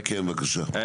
כן, בבקשה.